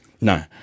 No